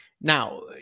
Now